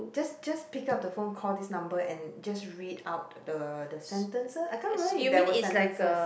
just just pick up the phone call this number and just read out the the sentences I can't remember if there were sentences